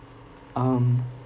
um